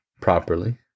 properly